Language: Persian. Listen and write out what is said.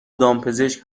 دامپزشک